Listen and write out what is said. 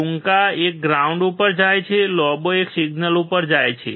ટૂંકા એક ગ્રાઉન્ડ ઉપર જાય છે લાંબો એક સિગ્નલ ઉપર જાય છે